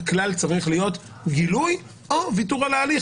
הכלל צריך להיות גילוי או ויתור על ההליך,